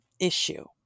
issue